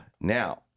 now